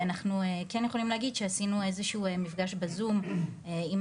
אנחנו כן יכולים להגיד שעשינו איזה שהוא מפגש ב-zoom עם